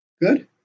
Good